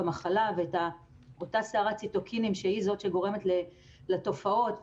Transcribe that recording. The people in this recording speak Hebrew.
ואותה סערה שגורמת לתופעות,